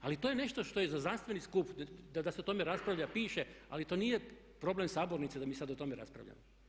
Ali to je nešto što je za znanstveni skup, da se o tome raspravlja, piše ali to nije problem sabornice da mi sada o tome raspravljamo.